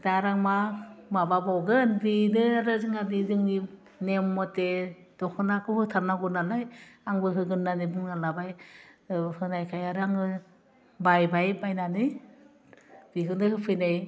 दा आरो आं मा माबा बावगोन बिनो आरो जोंना बि जोंनि नेम मथे दख'नाखौ होथारनांगौ नालाय आंबो होगोन होन्नानै बुंना लाबाय औ होनायखाय आरो आङो बायबाय बायनानै बिखौनो होफैनाय